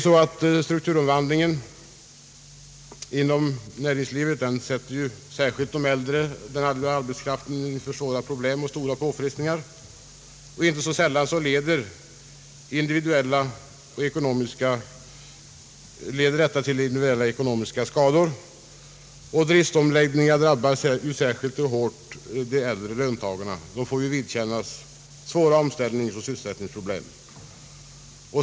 I den strukturomvandling som sker inom näringslivet utsätts särskilt den äldre arbetskraften för stora påfrestningar, som inte sällan leder till individuella ekonomiska skador. Driftsomläggningar drabbar särskilt hårt de äldre löntagarna, vilka får vidkännas svåra omställningsoch sysselsättningsproblem.